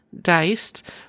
diced